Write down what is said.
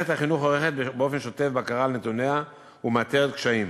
מערכת החינוך עורכת באופן שוטף בקרה על נתוניה ומאתרת קשיים,